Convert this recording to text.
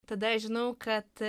tada aš žinau kad